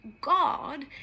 God